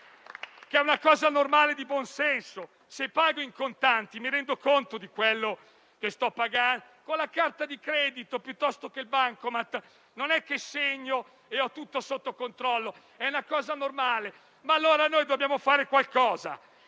che è una cosa normale e di buon senso. Se pago in contanti, mi rendo conto di quello che sto pagando; con la carta di credito e con il bancomat, invece, non è che segno e ho tutto sotto controllo. È una cosa normale. Ma allora noi dobbiamo fare qualcosa